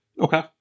Okay